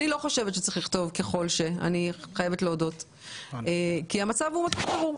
האמתה יא שאני לא חושבת שצריך לכתוב ככל ש- כי המצב הוא חירום.